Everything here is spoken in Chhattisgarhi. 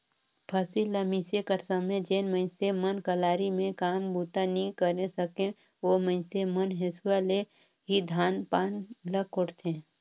फसिल ल मिसे कर समे जेन मइनसे मन कलारी मे काम बूता नी करे सके, ओ मइनसे मन हेसुवा ले ही धान पान ल कोड़थे